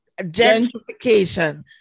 Gentrification